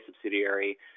subsidiary